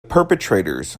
perpetrators